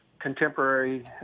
contemporary